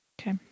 okay